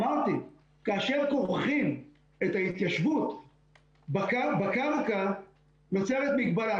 ואמרתי: כאשר כורכים את ההתיישבות עם הקרקע נוצרת מגבלה.